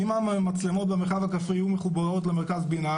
אם המצלמות במרחב הכפרי יהיו מחוברות למרכז בינה,